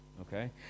okay